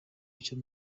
icyo